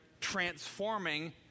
transforming